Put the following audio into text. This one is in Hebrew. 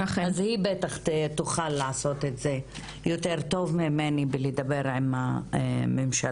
אז היא בטח תוכל לעשות את זה טוב ממני בלדבר עם הממשלה.